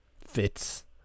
fits